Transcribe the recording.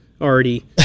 already